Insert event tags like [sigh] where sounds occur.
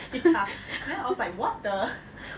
[laughs] ya then I was like what the